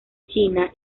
china